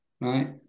right